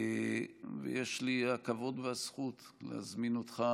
יש לי הכבוד והזכות להזמין אותך